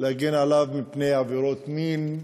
להגן עליו מפני עבירות מין,